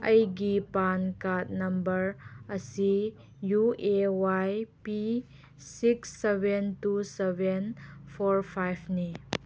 ꯑꯩꯒꯤ PAN card number ꯑꯁꯤ U A Y P six seven two seven four ꯐꯥꯏꯚꯅꯤ